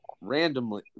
randomly